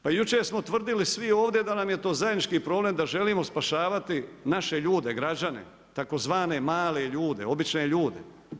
Pa jučer smo tvrdili svi ovdje da nam je to zajednički problem, da želimo spašavati naše ljude, građane, tzv. male ljude, obične ljude.